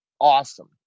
awesome